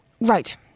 Right